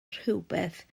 rhywbeth